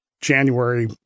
January